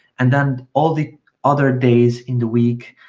and then all the other days in the week,